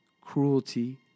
cruelty